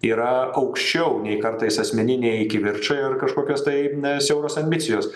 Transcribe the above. yra aukščiau nei kartais asmeniniai kivirčai ar kažkokios tai siauros ambicijos